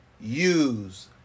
use